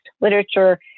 literature